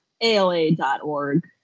ala.org